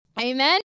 Amen